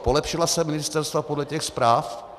Polepšila se ministerstva podle těch zpráv?